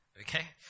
Okay